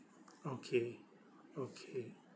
okay okay